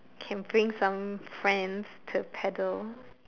can bring some friends to paddle